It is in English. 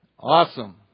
Awesome